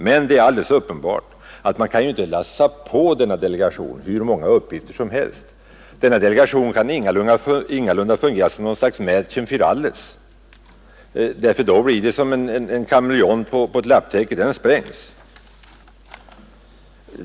Men det är alldeles uppenbart att man inte kan lassa på den delegationen hur många uppgifter som helst. Den kan ingalunda fungera som något slags Mädchen fir alles, ty då blir det samma sak som om man placerar en kameleont på ett lapptäcke: den spricker.